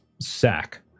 sack